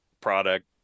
product